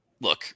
look